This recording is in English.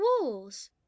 walls